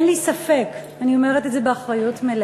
אין לי ספק, ואני אומרת את זה באחריות מלאה,